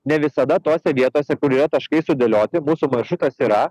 ne visada tose vietose kur yra taškai sudėlioti mūsų maršrutas yra